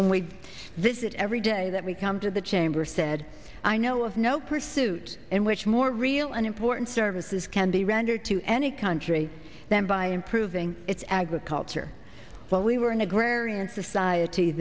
and we visit every day that we come to the chamber said i know of no pursuit in which more real and important services can be rendered to any country than by improving its agriculture while we were an agrarian society